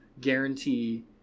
guarantee